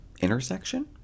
intersection